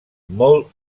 molt